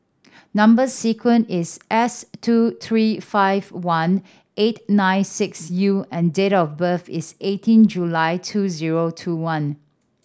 number sequence is S two three five one eight nine six U and date of birth is eighteen July two zero two one